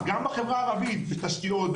גם בחברה הערבית בתשתיות,